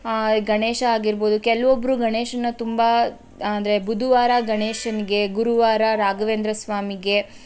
ಗಣೇಶ ಆಗಿರ್ಬೋದು ಕೆಲ್ವೊಬ್ಬರು ಗಣೇಶನ್ನ ತುಂಬ ಅಂದರೆ ಬುಧವಾರ ಗಣೇಶನಿಗೆ ಗುರುವಾರ ರಾಘವೇಂದ್ರ ಸ್ವಾಮಿಗೆ